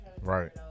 Right